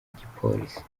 gipolisi